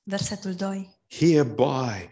Hereby